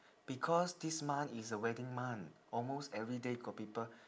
because this month is a wedding month almost every day got people